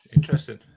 Interesting